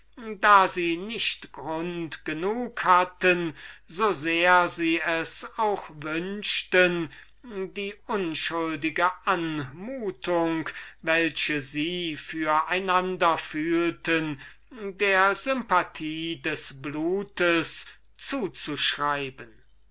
da sie nicht grund genug hatten so sehr sie es auch wünschten die unschuldige anmutung welche sie für einander fühlten der würkung der sympathie des blutes zu zuschreiben